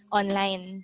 online